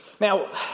Now